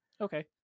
Okay